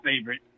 favorite